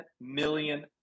million